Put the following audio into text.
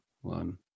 One